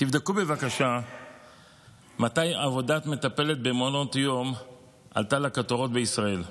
תבדקו בבקשה מתי עבודת מטפלת במעונות יום עלתה לכותרות בישראל.